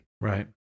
Right